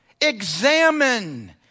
Examine